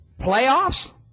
playoffs